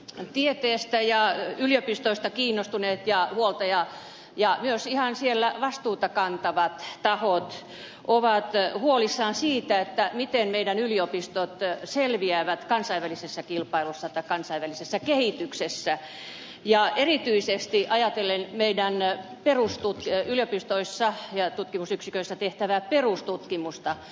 tieteestä ja yliopistoista kiinnostuneet ja huolta ja myös ihan siellä vastuuta kantavat tahot ovat huolissaan siitä miten meidän yliopistot selviävät kansainvälisessä kilpailussa tai kansainvälisessä kehityksessä erityisesti ajatellen meillä yliopistoissa ja tutkimusyksiköissä tehtävää perustutkimusta